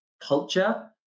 culture